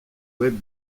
web